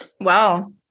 Wow